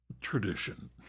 tradition